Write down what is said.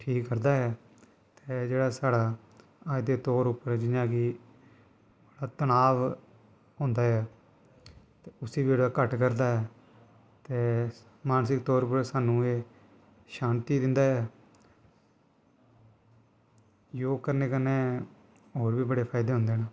ठीक करदा ऐ ते जेह्ड़ा साढ़ा अज्ज दे तौर उप्पर जियां कि बड़ा तनाव होंदा ऐ ते उस्सी बी जेह्ड़ा घट्ट करदा ऐ ते मानसिक तौर उप्पर सानूं एह् शांति दिंदा ऐ योग करने कन्नै होर बी बड़े फायदे होंदे न